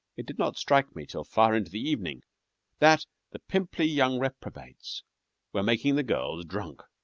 it did not strike me till far into the evening that the pimply young reprobates were making the girls drunk.